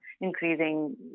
increasing